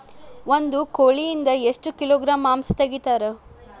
ಒಂದು ಕೋಳಿಯಿಂದ ಎಷ್ಟು ಕಿಲೋಗ್ರಾಂ ಮಾಂಸ ತೆಗಿತಾರ?